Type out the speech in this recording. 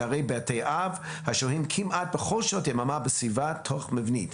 דיירי בתי אב השוהים כמעט בכל שעות היממה בסביבה תוך מבנית.